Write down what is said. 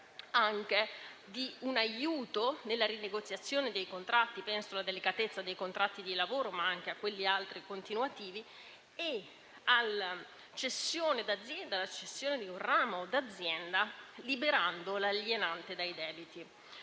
ed un aiuto nella rinegoziazione dei contratti (penso, ad esempio, alla delicatezza dei contratti di lavoro, ma anche a quelli continuativi) e la cessione di un ramo d'azienda, liberando l'alienante dai debiti.